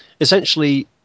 Essentially